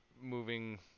moving